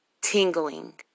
tingling